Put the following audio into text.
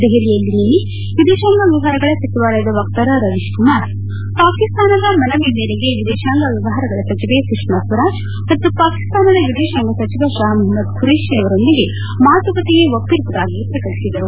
ದೆಹಲಿಯಲ್ಲಿ ನಿನ್ನೆ ವಿದೇಶಾಂಗ ವ್ಯವಹಾರಗಳ ಸಚಿವಾಲಯ ವಕ್ತಾರ ರವೀಶ್ ಕುಮಾರ್ ಪಾಕಿಸ್ತಾನದ ಮನವಿ ಮೇರೆಗೆ ವಿದೇಶಾಂಗ ವ್ಯವಹಾರಗಳ ಸಚಿವೆ ಸುಷ್ಮಾಸ್ವರಾಜ್ ಮತ್ತು ಪಾಕಿಸ್ತಾನದ ವಿದೇಶಾಂಗ ಸಚಿವ ಶಾ ಮೊಹಮ್ಮದ್ ಖುರೇಶಿ ಅವರೊಂದಿಗೆ ಮಾತುಕತೆಗೆ ಒಪ್ಪಿರುವುದಾಗಿ ಪ್ರಕಟಿಸಿದರು